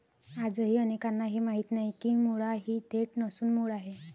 आजही अनेकांना हे माहीत नाही की मुळा ही देठ नसून मूळ आहे